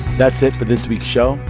that's it for this week's show.